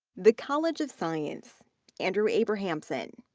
the college of science andrew abrahamson,